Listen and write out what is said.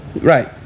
Right